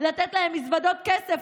לתת להם מזוודות כסף,